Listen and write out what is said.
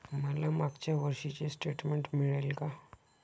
मला मागच्या वर्षीचे स्टेटमेंट मिळेल का?